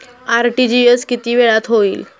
RTGS किती वेळात होईल?